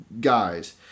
guys